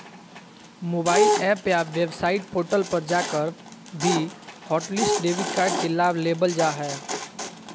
mobile app या website portal पर जाकर भी हॉटलिस्ट डेबिट कार्ड के लाभ लेबल जा हय